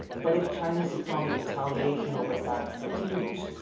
but if china's economic retaliation over thaad continues,